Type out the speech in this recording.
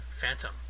Phantom